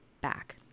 Back